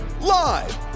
live